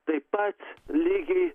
taip pat lygiai